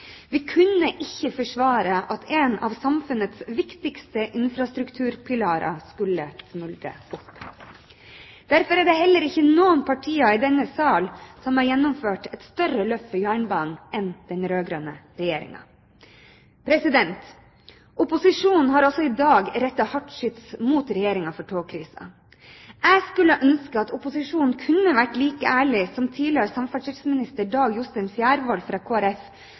Vi kunne ikke forsvare at en av samfunnets viktigste infrastrukturpilarer skulle smuldre bort. Derfor er det heller ikke noen partier i denne sal som har gjennomført et større løft for jernbanen enn den rød-grønne regjeringen. Opposisjonen har også i dag rettet hardt skyts mot Regjeringen for togkrisen. Jeg skulle ønske at opposisjonen kunne vært like ærlig som tidligere samferdselsminister Dag Jostein Fjærvoll fra